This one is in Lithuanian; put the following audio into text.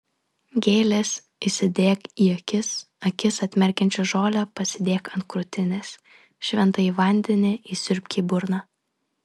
gėles įsidėk į akis akis atmerkiančią žolę pasidėk ant krūtinės šventąjį vandenį įsiurbk į burną